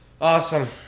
awesome